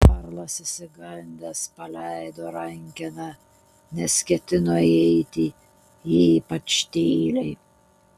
karlas išsigandęs paleido rankeną nes ketino įeiti ypač tyliai